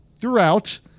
throughout